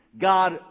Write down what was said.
God